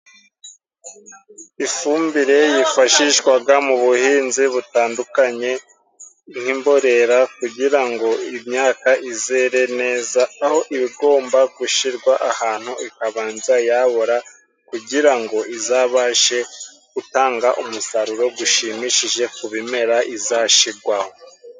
Ifumbire yifashishwaga mu buhinzi butandukanye nk'imborera kugira ngo imyaka izere neza, aho igomba gushyirwa ahantu ikabanza yabora kugira ngo izabashe gutanga umusaruro gushimishije ku bimera izashirwaho.